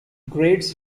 grades